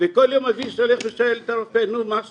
וכל יום אבי שואל את הרופא: נו, מה שלומו?